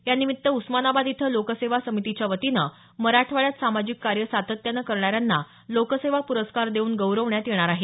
यानिमित्त उस्मानाबाद इथं लोकसेवा समितीच्या वतीनं मराठवाड्यात सामाजिक कार्य सातत्यानं करणाऱ्यांना लोकसेवा पुरस्कार देऊन गौरवण्यात येणार आहे